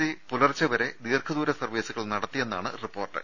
C പുലർച്ചെ വരെ ദീർഘദൂര സർവീസുകൾ നടത്തിയെന്നാണ് റിപ്പോർട്ട്